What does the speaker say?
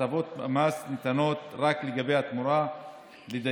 הטבות המס ניתנות רק לגבי התמורה לדיירים,